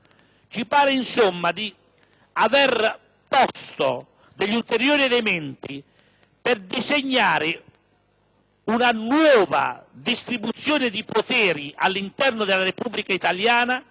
Ci sembra insomma di aver posto ulteriori elementi per disegnare una nuova distribuzione di poteri all'interno della Repubblica italiana,